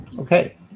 Okay